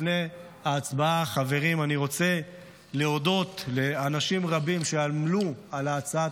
לפני ההצבעה אני רוצה להודות לאנשים רבים שעמלו על הצעת